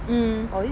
mmhmm